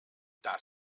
das